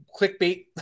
clickbait